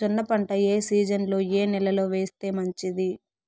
జొన్న పంట ఏ సీజన్లో, ఏ నెల లో వేస్తే మంచిది?